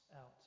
out